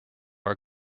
are